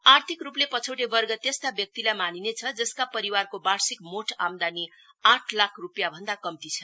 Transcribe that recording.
आर्थिक रुपले पछौटे वर्ग त्यस्ता व्यक्तिलाई मानिनेछ जसको परिवारको वार्षिक मोठ आमदानी आठ लाख रुपियाँभन्द कम्ती छ